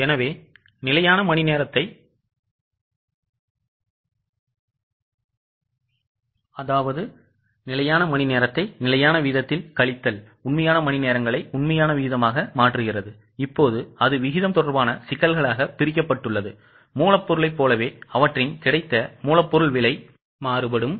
எனவே நிலையான மணிநேரத்தை நிலையான வீதத்தில் கழித்தல் உண்மையான மணிநேரங்களை உண்மையான விகிதமாக மாற்றுகிறதுஇப்போது அது விகிதம் தொடர்பான சிக்கல்களாக பிரிக்கப்பட்டுள்ளது மூலப்பொருளைப் போலவே அவற்றின் கிடைத்த மூலப்பொருள் விலை மாறுபடும்